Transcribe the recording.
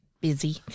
busy